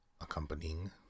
accompanying